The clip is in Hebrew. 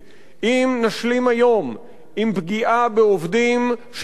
אם נשלים היום עם פגיעה בעובדים שמפוטרים